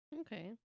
Okay